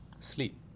sleep